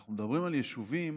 אנחנו מדברים על יישובים